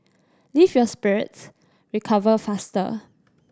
lift your spirits recover faster